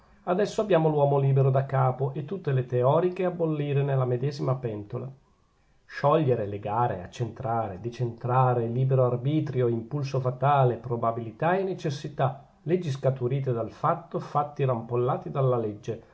adesso abbiamo l'uomo libero da capo e tutte le teoriche a bollire nella medesima pentola sciogliere legare accentrare decentrare libero arbitrio e impulso fatale probabilità e necessità leggi scaturite dal fatto fatti rampollati dalla legge